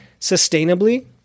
sustainably